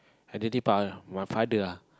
elderly my father ah